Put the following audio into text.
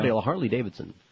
Harley-Davidson